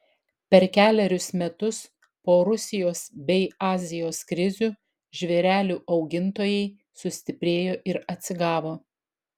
per kelerius metus po rusijos bei azijos krizių žvėrelių augintojai sustiprėjo ir atsigavo